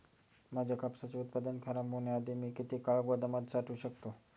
माझे कापसाचे उत्पादन खराब होण्याआधी मी किती काळ गोदामात साठवू शकतो?